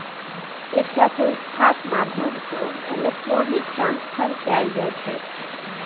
एकटा संस्थाक माध्यमसँ इलेक्ट्रॉनिक ट्रांसफर कएल जाइ छै